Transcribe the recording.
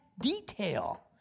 detail